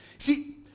See